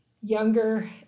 younger